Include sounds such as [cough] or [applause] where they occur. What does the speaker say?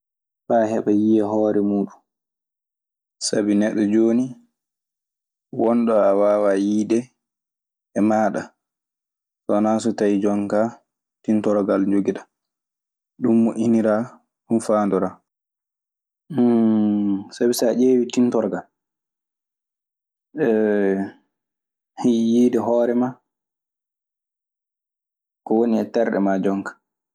Faa heɓa yiya hoore muuɗum. Sabi neɗɗo jooni won ɗo a waawaa yiyde e maaɗa so wanaa so tawee jon kaa tintorogal jogiɗaa. Ɗun moƴƴiniraa. Ɗun faandoraa. [hesitation] Sabi saa ƴeewii tintorgal [hesitation] yiide hoore ma, ko woni e terɗe maa jonka.